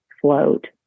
float